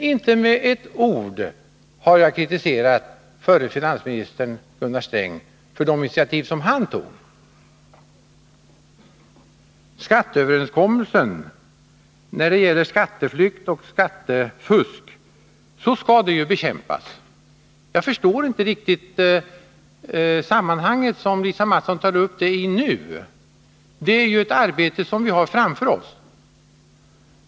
Men inte med ett ord har jag kritiserat förre finansministern Gunnar Sträng för de initiativ som han tog. Lisa Mattson refererade till skatteöverenskommelsen. Jag förstår inte riktigt varför hon tog upp den i detta sammanhang. Klart är att skatteflykt och skattefusk skall bekämpas, och det är ett arbete som vi har framför oss.